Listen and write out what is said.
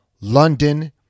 London